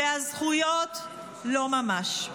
והזכויות, לא ממש.